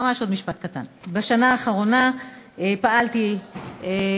ממש עוד משפט קטן בשנה האחרונה פעלתי מול